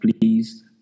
Please